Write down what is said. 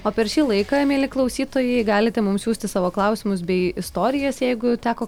o per šį laiką mieli klausytojai galite mums siųsti savo klausimus bei istorijas jeigu teko